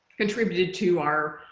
contributed to our